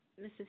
Mrs